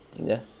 ya